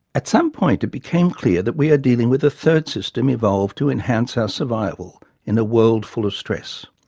at some point, it became clear that we are dealing with a third system evolved to enhance our survival in a world full of stress.